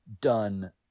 done